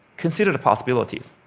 consider the possibilities.